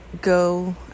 go